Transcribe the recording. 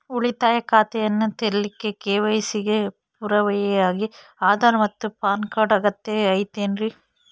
ಉಳಿತಾಯ ಖಾತೆಯನ್ನ ತೆರಿಲಿಕ್ಕೆ ಕೆ.ವೈ.ಸಿ ಗೆ ಪುರಾವೆಯಾಗಿ ಆಧಾರ್ ಮತ್ತು ಪ್ಯಾನ್ ಕಾರ್ಡ್ ಅಗತ್ಯ ಐತೇನ್ರಿ?